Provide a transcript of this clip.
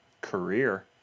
career